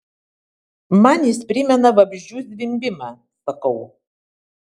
man jis primena vabzdžių zvimbimą sakau